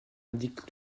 indique